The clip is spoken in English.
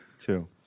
two